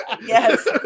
Yes